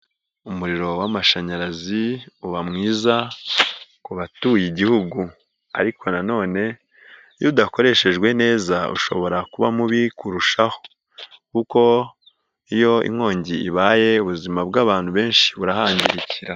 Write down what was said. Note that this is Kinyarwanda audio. Umuriro w'amashanyarazi uba mwiza ku batuye igihugu ariko na none iyo udakoreshejwe neza ushobora kuba mubi kurushaho kuko iyo inkongi ibaye ubuzima bw'abantu benshi burahangikira.